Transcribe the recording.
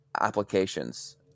applications